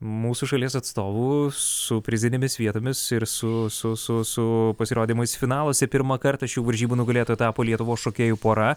mūsų šalies atstovų su prizinėmis vietomis ir su su su su pasirodymais finaluose pirmą kartą šių varžybų nugalėtoja tapo lietuvos šokėjų pora